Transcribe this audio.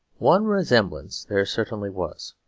one resemblance there certainly was.